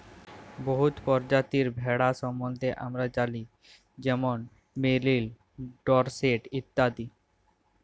বহুত পরজাতির ভেড়ার সম্বল্ধে আমরা জালি যেমল মেরিল, ডরসেট ইত্যাদি